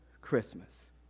Christmas